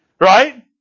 Right